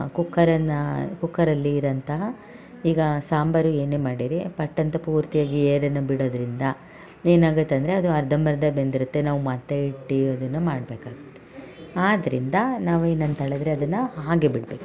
ಕುಕ್ಕರನ್ನು ಕುಕ್ಕರಲ್ಲಿ ಇರಂತಹ ಈಗ ಸಾಂಬಾರಿಗೆ ಏನೇ ಮಾಡಿರಿ ಪಟ್ಟಂತ ಪೂರ್ತಿಯಾಗಿ ಏರನ್ನು ಬಿಡೋದ್ರಿಂದ ಏನಾಗತ್ತಂದರೆ ಅದು ಅರ್ಧಂಬರ್ಧ ಬೆಂದಿರುತ್ತೆ ನಾವು ಮತ್ತೆ ಇಟ್ಟು ಅದನ್ನು ಮಾಡಬೇಕಾಗುತ್ತೆ ಆದ್ದರಿಂದ ನಾವು ಏನಂತ್ಹೇಳಿದರೆ ಅದನ್ನು ಹಾಗೇ ಬಿಡಬೇಕು